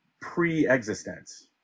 pre-existence